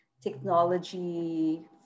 technology